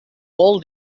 all